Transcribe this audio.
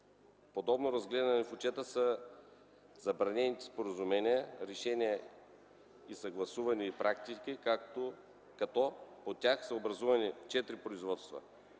Подробно разгледани в отчета са забранените споразумения, решения и съгласувани практики като по тях са образувани 4 производства,